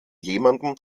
jemanden